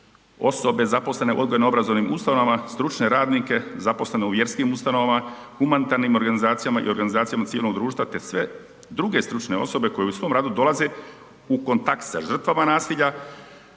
osobe zaposlene u odgojno-obrazovnim ustanovama, stručne radnike zaposlene u vjerskim ustanovama, humanitarnim organizacijama i organizacijama civilnog društva te sve druge stručne osobe koje u svom radu dolaze u kontakt sa žrtvama nasilja